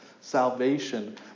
Salvation